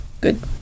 Good